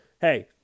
hey